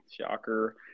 Shocker